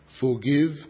Forgive